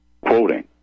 quoting